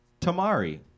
Tamari